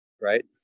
right